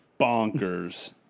bonkers